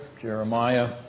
jeremiah